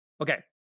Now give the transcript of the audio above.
Okay